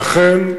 ואכן,